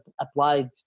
applied